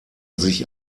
sich